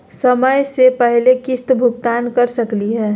समय स पहले किस्त भुगतान कर सकली हे?